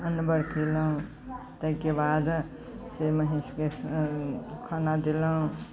अन बहर केलहुँ तैके बादसँ महींसके खाना देलहुँ